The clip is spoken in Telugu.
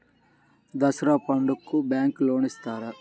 దసరా పండుగ బ్యాంకు లోన్ ఇస్తారా?